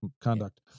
conduct